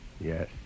Yes